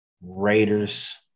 Raiders